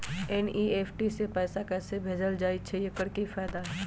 NEFT से पैसा कैसे भेजल जाइछइ? एकर की फायदा हई?